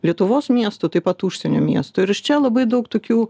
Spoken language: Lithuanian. lietuvos miestų taip pat užsienio miestų ir iš čia labai daug tokių